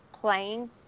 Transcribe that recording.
playing